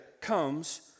comes